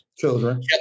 children